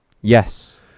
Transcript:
yes